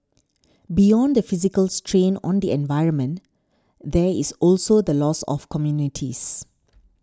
beyond the physical strain on the environment there is also the loss of communities